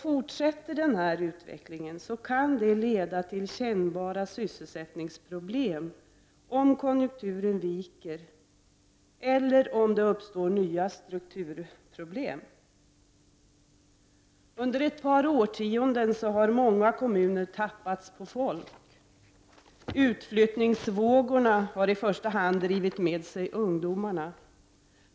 Fortsätter den utvecklingen kan det leda till kännbara sysselsättningsproblem, om konjunkturen viker eller om det uppstår nya strukturproblem. : Under ett par årtionden har många kommuner tappats på folk. Utflyttningsvågorna har i första hand drivit med sig ungdomarna.